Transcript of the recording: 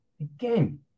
again